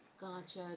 Gotcha